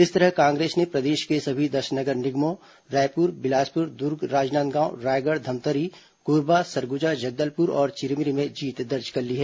इस तरह कांग्रेस ने प्रदेश के सभी दस नगर निगमों रायपुर बिलासपुर दुर्ग राजनांदगांव रायगढ़ धमतरी कोरबा सरगुजा जगदलपुर और चिरमिरी में जीत दर्ज कर ली है